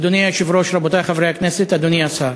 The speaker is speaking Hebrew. אדוני היושב-ראש, רבותי חברי הכנסת, אדוני השר,